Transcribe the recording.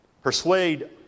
persuade